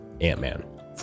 Ant-Man